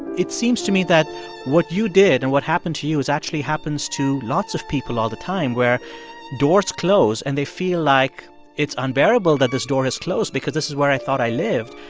it seems to me that what you did and what happened to you is actually happens to lots of people all the time where doors close and they feel like it's unbearable that this door has closed because this is where i thought i lived.